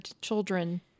children